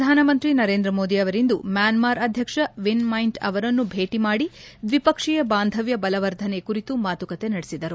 ಪ್ರಧಾನಮಂತ್ರಿ ನರೇಂದ್ರ ಮೋದಿ ಅವರಿಂದು ಮ್ಯಾನ್ಮಾರ್ ಅಧ್ಯಕ್ಷ ವಿನ್ ಮೈಂಟ್ ಅವರನ್ನು ಭೇಟ ಮಾಡಿ ದ್ವಿಪಕ್ಷೀಯ ಬಾಂಧವ್ಯ ಬಲವರ್ಧನೆ ಕುರಿತು ಮಾತುಕತೆ ನಡೆಸಿದರು